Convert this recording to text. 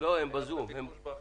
אין ביקוש בחדר,